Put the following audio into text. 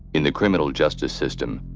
in the criminal justice system,